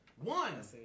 one